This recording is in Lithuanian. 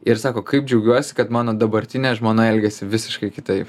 ir sako kaip džiaugiuosi kad mano dabartinė žmona elgiasi visiškai kitaip